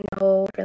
no